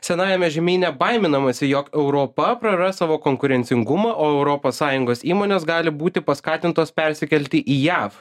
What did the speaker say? senajame žemyne baiminamasi jog europa praras savo konkurencingumą o europos sąjungos įmonės gali būti paskatintos persikelti į jav